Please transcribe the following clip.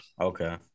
Okay